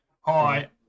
Hi